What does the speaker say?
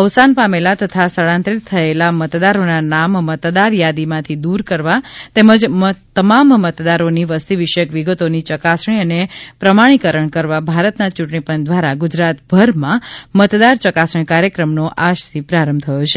અવસાન પામેલ તથા સ્થળાંતરિત થયેલાં મતદારોના નામ મતદાર યાદીમાંથી દુર કરવા તેમજ તમામ મતદારોની વસ્તી વિષયક વિગતોની ચકાસણી અને પ્રમાણિકરણ કરવા ભારતના ચૂંટણી પંચ દ્વારા ગુજરાતભરમાં મતદાર ચકાસણી કાર્યક્રમનો આજથી પ્રારંભ થયો છે